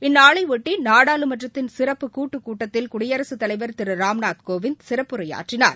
இந்நாளைபொட்டிநாடாளுமன்றத்தின் சிறப்பு கூட்டுக் கூட்டத்தில் குடியரசுத் தலைவர் திருராம்நாத் கோவிந்த்சிறப்புரையாற்றினார்